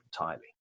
entirely